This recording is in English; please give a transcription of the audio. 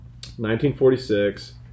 1946